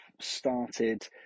started